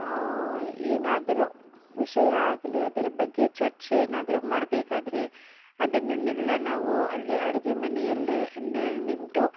ಏನಾದರು ವಿಷಯ ಆಗಲಿ ಅದ್ರ ಬಗ್ಗೆ ಚರ್ಚೆ ಏನಾದರು ಮಾಡ್ಬೇಕಾದರೆ ಅದನನ್ನೆಲ್ಲ ನಾವು ಅಲ್ಲೇ ಅಡುಗೆ ಮನೆಯಲ್ಲೇ ಯೇ ನಿಂತು